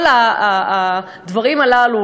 כל הדברים הללו,